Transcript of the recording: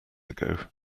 ago